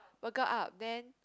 Burger Up then